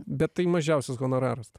bet tai mažiausias honoraras